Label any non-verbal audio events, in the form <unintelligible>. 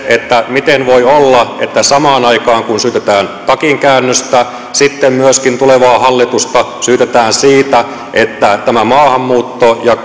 miten voi olla että samaan aikaan kun syytetään takinkäännöstä sitten myöskin tulevaa hallitusta syytetään siitä että tämä maahanmuutto ja <unintelligible>